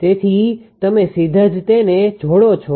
તેથી તમે સીધા જ તેને જોડો છો